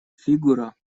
фигура